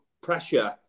pressure